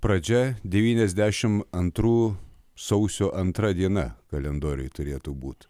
pradžia devyniasdešim antrų sausio antra diena kalendoriuj turėtų būti